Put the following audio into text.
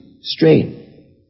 strain